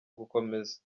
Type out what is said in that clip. gukomeza